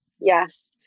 Yes